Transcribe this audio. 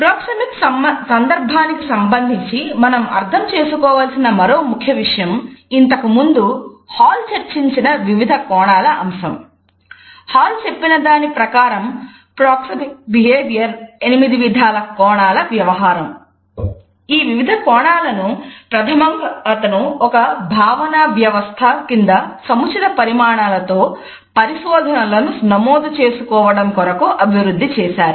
proxemics కింద సముచిత పరిమాణాలతో పరిశోధనలను నమోదు చేసుకోవడం కొరకు అభివృద్ధి చేశారు